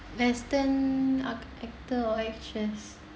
western actor or actress